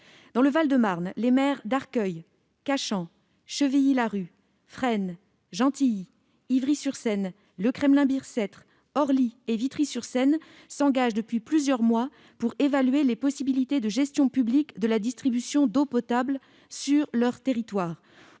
Dans le Val-de-Marne, les maires d'Arcueil, de Cachan, de Chevilly-Larue, de Fresnes, de Gentilly, d'Ivry-sur-Seine, du Kremlin-Bicêtre, d'Orly et de Vitry-sur-Seine s'engagent depuis plusieurs mois pour évaluer les possibilités de gestion publique de la distribution d'eau potable sur leur territoire.